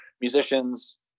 musicians